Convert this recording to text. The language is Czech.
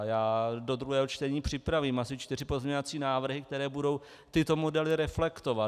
Já do druhého čtení připravím asi čtyři pozměňovací návrhy, které budou tyto modely reflektovat.